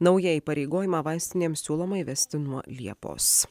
naują įpareigojimą vaistinėms siūloma įvesti nuo liepos